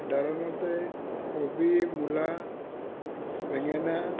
সাধাৰণতে কবি মূলা বেঙেনা